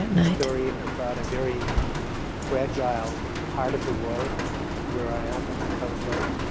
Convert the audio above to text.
a story about a very fragile part of the world where i happen to come from,